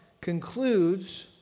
concludes